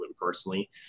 personally